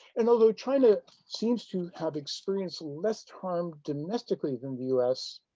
and although china seems to have experienced less harm domestically than the us,